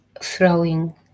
throwing